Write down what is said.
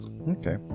Okay